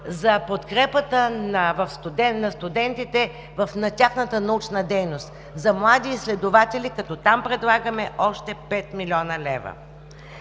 за подкрепата на студентите в тяхната научна дейност за млади изследователи, като там предлагаме още 5 млн. лева.